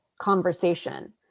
conversation